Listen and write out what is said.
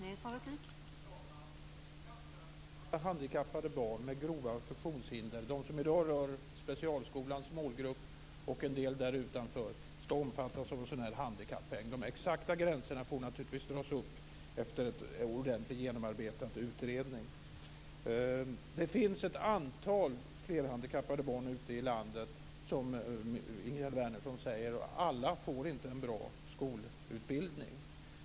Fru talman! Vi anser att alla handikappade barn med grova funktionshinder, de som i dag utgör specialskolans målgrupp och en del där utanför, ska omfattas av en sådan här handikappeng. De exakta gränserna får naturligtvis dras upp efter en ordentligt genomarbetad utredning. Det finns ett antal flerhandikappade barn ute i landet, som Ingegerd Wärnersson säger. Alla får inte en bra skolutbildning.